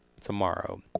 tomorrow